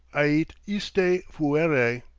ait iste fuere.